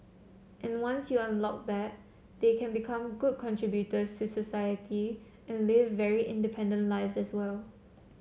and once you unlock that they can become good contributors to society and live very independent lives as well